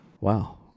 Wow